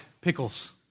Pickles